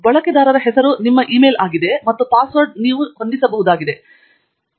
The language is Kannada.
ಬಳಕೆದಾರರ ಹೆಸರು ನಿಮ್ಮ ಇ ಮೇಲ್ ಆಗಿದೆ ಮತ್ತು ಪಾಸ್ವರ್ಡ್ ನೀವು ಹೊಂದಿಸಬಹುದಾದದು